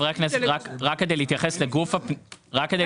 חברי הכנסת, רק כדי להתייחס לגוף הפנייה.